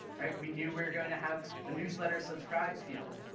we knew we were going to have a newsletter subscribe field,